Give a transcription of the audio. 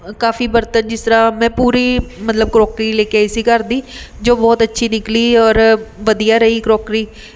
ਕਾਫੀ ਬਰਤਨ ਜਿਸ ਤਰ੍ਹਾਂ ਮੈਂ ਪੂਰੀ ਮਤਲਬ ਕਰੋਕਰੀ ਲੈ ਕੇ ਆਈ ਸੀ ਘਰ ਦੀ ਜੋ ਬਹੁਤ ਅੱਛੀ ਨਿਕਲੀ ਔਰ ਵਧੀਆ ਰਹੀ ਕਰੋਕਰੀ